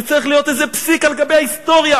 זה צריך להיות איזה פסיק על גבי ההיסטוריה.